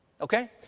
Okay